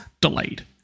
delayed